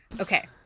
Okay